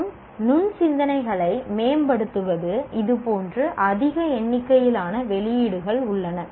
மற்றும் நுண் சிந்தனைகளை மேம்படுத்துவது இது போன்று அதிக எண்ணிக்கையிலான வெளியீடுகள் உள்ளன